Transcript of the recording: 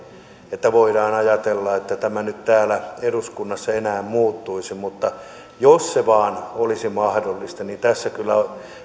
että voidaan ajatella että tämä nyt täällä eduskunnassa enää muuttuisi mutta jos se vain olisi mahdollista niin tässä kyllä